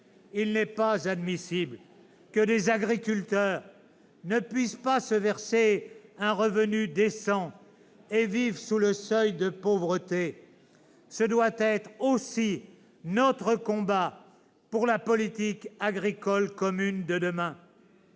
il est inadmissible que des agriculteurs ne puissent se verser un revenu décent et vivent sous le seuil de pauvreté. Ce doit être aussi notre combat pour la politique agricole commune de demain.